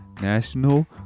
national